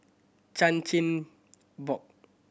Chan Chin Bock